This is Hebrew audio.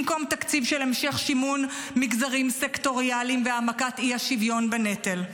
במקום תקציב של המשך שימון מגזרים סקטוריאליים והעמקת האי-שוויון בנטל,